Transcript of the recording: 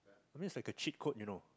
I mean is like a cheat code you know